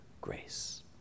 grace